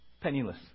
penniless